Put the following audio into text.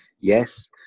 Yes